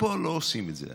ופה לא עושים את זה.